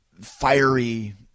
fiery